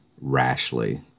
rashly